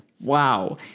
wow